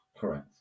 correct